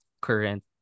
current